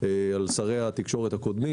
על שרי התקשרות הקודמים,